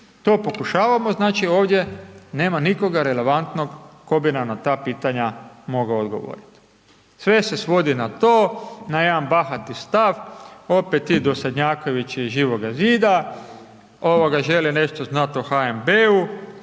to pokušavamo, znači, ovdje nema nikoga relevantnog tko bi nam na ta pitanja mogao odgovorit, sve se svodi na to, na jedan bahati stav, opet ti dosadnjakovići iz Živoga zida žele nešto znat o HNB-u,